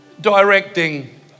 directing